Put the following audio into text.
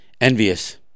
Envious